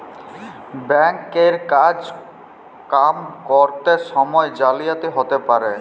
bank এর কাজ কাম ক্যরত সময়ে জালিয়াতি হ্যতে পারে